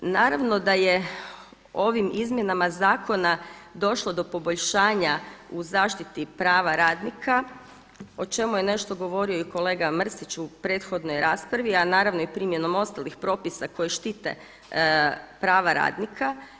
Naravno da je ovim izmjenama zakona došlo do poboljšanja u zaštiti prava radnika o čemu je nešto govorio i kolega Mrsić u prethodnoj raspravi, a naravno i primjenom ostalih propisa koji štite prava radnika.